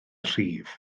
rhif